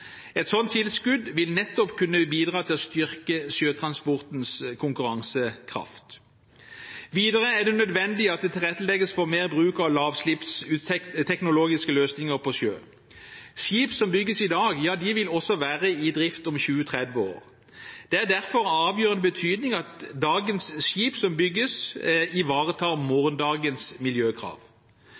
Et slikt tilskudd vil nettopp kunne bidra til å styrke sjøtransportens konkurransekraft. Videre er det nødvendig at det tilrettelegges for mer bruk av lavutslippsteknologiske løsninger på sjø. Skip som bygges i dag, vil være i drift også om 20–30 år. Det er derfor av avgjørende betydning at skip som bygges i dag, ivaretar morgensdagens miljøkrav.